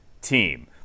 team